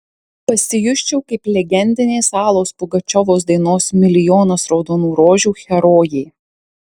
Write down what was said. pasijusčiau kaip legendinės alos pugačiovos dainos milijonas raudonų rožių herojė